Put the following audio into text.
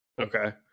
Okay